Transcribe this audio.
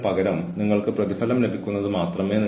കഴിഞ്ഞ പ്രഭാഷണത്തിലും ഞാൻ ഇത് പറഞ്ഞിരുന്നു